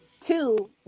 Two